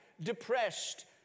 depressed